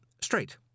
straight